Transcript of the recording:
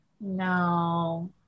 no